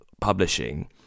publishing